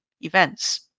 events